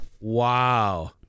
Wow